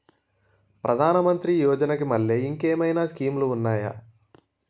ప్రధాన మంత్రి యోజన కి మల్లె ఇంకేమైనా స్కీమ్స్ ఉన్నాయా?